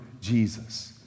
Jesus